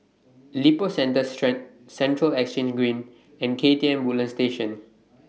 Lippo Centre Central Exchange Green and K T M Woodlands Station